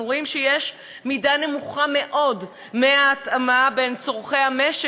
אנחנו רואים שיש מידה נמוכה מאוד של התאמה לצורכי המשק,